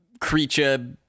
creature